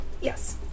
Yes